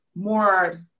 More